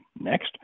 Next